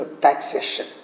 taxation